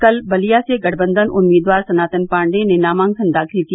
कल बलिया से गठबंधन उम्मीदवार सनातन पाण्डेय ने नामांकन दाखिल किया